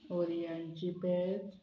पोरयांची पेज